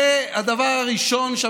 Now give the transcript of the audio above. בכל אופן,